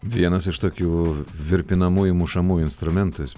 vienas iš tokių virpinamųjų mušamųjų instrumentų